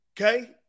Okay